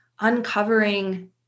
uncovering